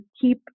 keep